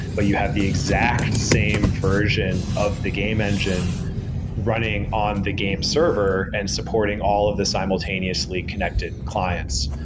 but you have the exact same version of the game engine running on the game server and supporting all of the simultaneously connected clients.